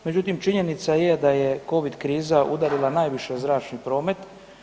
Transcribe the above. Međutim, činjenica je da je Covid kriza udarila najviše zračni promet.